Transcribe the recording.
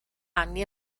anni